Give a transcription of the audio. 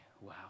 Wow